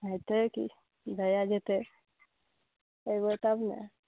हेतै कि भैए जएतै अएबै तब ने